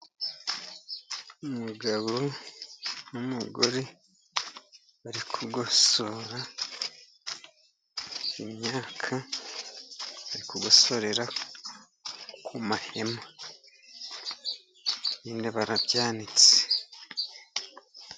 Umugabo n'umugore bari kugosora imyaka, bari kugosorera ku mahema nyine barabyanitse.